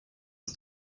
aus